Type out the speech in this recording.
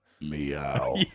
Meow